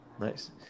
Nice